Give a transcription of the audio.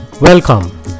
Welcome